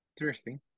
interesting